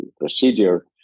procedure